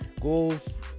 Goals